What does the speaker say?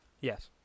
Yes